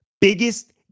Biggest